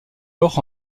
mort